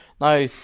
Now